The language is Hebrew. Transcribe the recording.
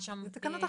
אלה תקנות אחרות.